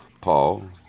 Paul